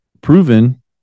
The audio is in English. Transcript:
proven